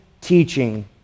teaching